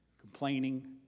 complaining